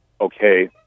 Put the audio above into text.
Okay